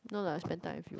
no lah spend time with you